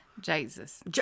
Jesus